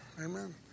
Amen